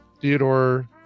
Theodore